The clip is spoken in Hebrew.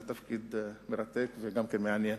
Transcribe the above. זה תפקיד מרתק וגם מעניין.